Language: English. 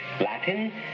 Latin